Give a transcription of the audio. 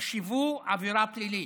נחשבו עבירה פלילית.